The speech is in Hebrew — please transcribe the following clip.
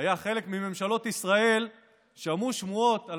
היה חלק מממשלות ישראל שמעו שמועות על